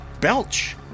belch